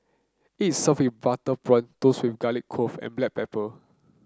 its served butter prawn tossed with garlic clove and black pepper